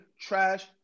trash